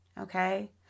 okay